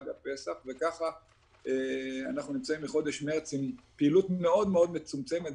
הפסח וככה אנחנו נמצאים מחודש מרץ עם פעילות מאוד מאוד מצומצמת.